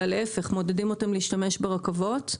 אלא להפך, מעודדים אותם להשתמש ברכבות.